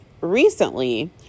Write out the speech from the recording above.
recently